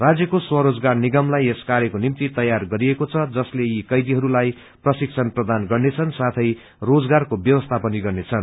राज्यको स्वरोजगार निगमलाई यस कायको निम्ति तैयार गरिएको छ जसले यी कैदीहरूलाई प्रशिण प्रदान गर्नेछन् साथै रोजगारको ब्यवस्था पनि गर्नेछन्